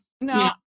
No